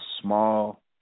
small